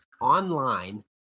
online